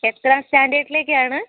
എത്രാം സ്റ്റാൻഡേർഡിലേക്കാണ്